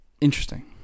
Interesting